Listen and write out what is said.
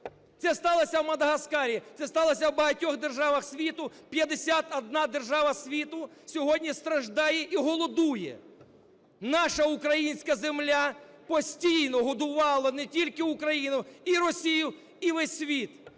Це сталося у Мадагаскарі, це сталося у багатьох державах світу, 51 держава світу сьогодні страждає і голодує. Наша українська земля постійно годувала не тільки Україну – і Росію, і весь світ.